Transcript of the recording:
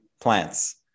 plants